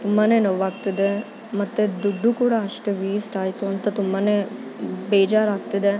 ತುಂಬ ನೋವಾಗ್ತಿದೆ ಮತ್ತು ದುಡ್ಡು ಕೂಡ ಅಷ್ಟೇ ವೇಸ್ಟ್ ಆಯಿತು ಅಂತ ತುಂಬಾ ಬೇಜಾರಾಗ್ತಿದೆ